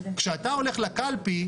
כשאתה הולך לקלפי,